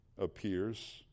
appears